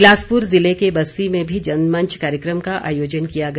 बिलासपुर ज़िले के बस्सी में भी जनमंच कार्यक्रम का आयोजन किया गया